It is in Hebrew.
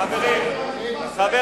על רצח?